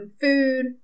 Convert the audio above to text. food